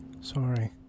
sorry